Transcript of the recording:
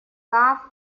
laugh